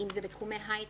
אם זה בתחומי הייטק,